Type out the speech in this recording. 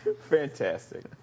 Fantastic